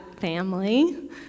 family